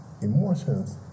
emotions